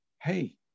hey